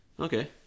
Okay